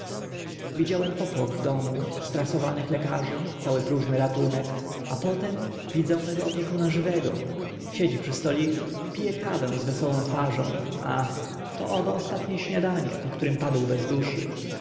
widziałem popłoch w domu sasowanych lekarzy cały próżny ratunek a potem widzę mego opiekuna żywego siedzi przy stoliku pije kawę z wesołą twarzą ach to owo ostatnie śniadanie po którym padł bez duszy